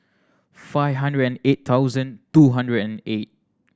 five hundred and eight thousand two hundred and eight